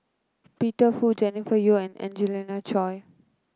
Peter Fu Jennifer Yeo and Angelina Choy